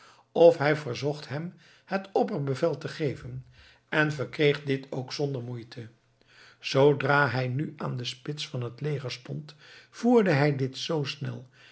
of hij verzocht hem het opperbevel te geven en verkreeg dit ook zonder moeite zoodra hij nu aan de spits van het leger stond voerde hij dit zoo snel